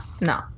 No